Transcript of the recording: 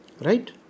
Right